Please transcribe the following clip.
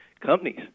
companies